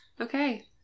Okay